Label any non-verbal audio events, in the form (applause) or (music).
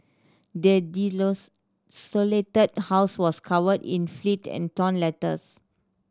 the (unintelligible) house was covered in fleet and torn letters